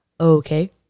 okay